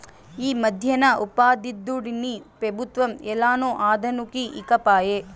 ఈమధ్యన ఉపాధిదుడ్డుని పెబుత్వం ఏలనో అదనుకి ఈకపాయే